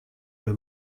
were